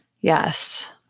Yes